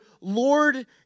Lord